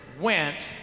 went